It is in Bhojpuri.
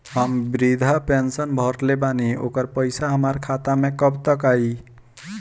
हम विर्धा पैंसैन भरले बानी ओकर पईसा हमार खाता मे कब तक आई?